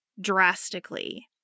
drastically